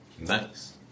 Nice